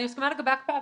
אני מסכימה לגבי הקפאה.